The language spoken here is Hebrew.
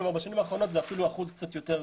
כלומר בשנים האחרונות זה אפילו אחוז קצת יותר גבוה.